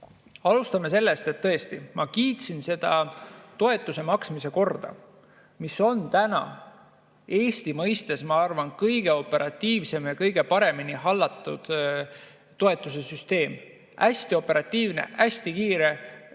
Alustame sellest, et tõesti ma kiitsin seda toetuse maksmise korda, mis on täna Eesti mõistes, ma arvan, kõige operatiivsem ja kõige paremini hallatud toetuse süsteem. See on hästi operatiivne, hästi kiire, väga